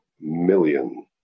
million